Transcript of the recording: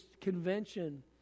Convention